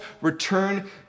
return